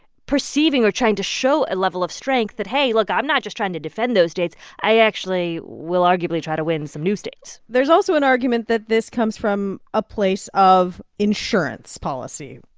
perceiving or trying to show a level of strength that, hey, look. i'm not just trying to defend those states. i actually will arguably try to win some new states there's also an argument that this comes from a place of insurance policy,